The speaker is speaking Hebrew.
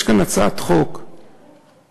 יש כאן הצעת חוק טובה,